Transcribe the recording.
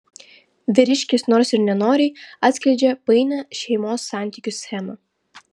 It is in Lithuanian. vyriškis nors ir nenoriai atskleidžia painią šeimos santykių schemą